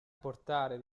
portare